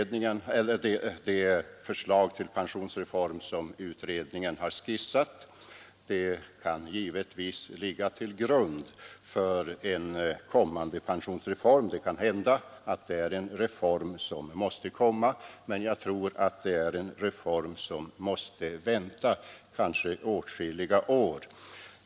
Det förslag till pensionsreform som utredningen har skissat kan givetvis ligga till grund för en kommande pensionsreform. Det kan hända att det är en reform som måste komma, men jag tror att det är en reform som måste vänta, kanske åtskilliga år.